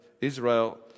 Israel